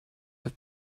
have